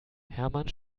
hermann